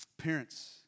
Parents